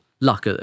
luck